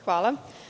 Hvala.